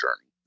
journey